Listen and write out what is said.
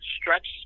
stretch